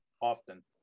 often